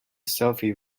selfie